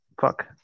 Fuck